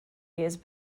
years